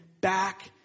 back